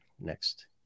next